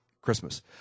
Christmas